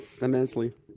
immensely